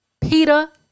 Peter